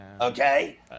Okay